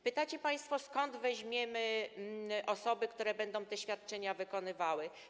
Pytacie państwo, skąd weźmiemy osoby, które będą te świadczenia wykonywały.